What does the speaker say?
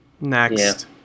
Next